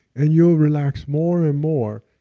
and you'll relax more and more.